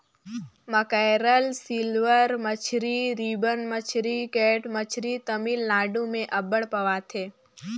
mackerel, silver मछरी, ribbon मछरी, cat मछरी तमिलनाडु में अब्बड़ पवाथे